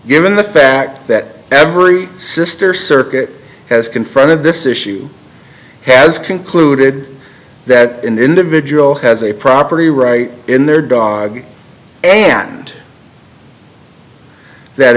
given the fact that every sr circuit has confronted this issue has concluded that an individual has a property right in their dog and that